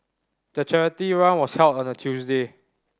the charity run was held on a Tuesday